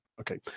Okay